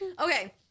Okay